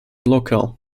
locale